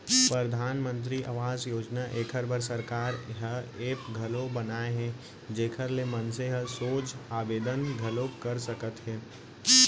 परधानमंतरी आवास योजना एखर बर सरकार ह ऐप घलौ बनाए हे जेखर ले मनसे ह सोझ आबेदन घलौ कर सकत हवय